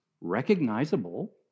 recognizable